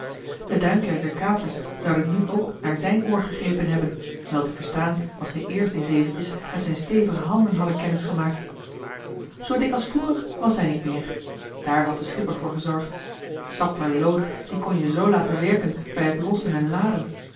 de duinkerker kapers zouden nu ook naar zijn oor gegrepen hebben wel te verstaan als zij eerst eens eventjes met zijn stevige handen hadden kennis gemaakt zoo dik als vroeger was hij niet meer daar had de schipper voor gezorgd sapperloot die kon je zoo laten werken bij het lossen en laden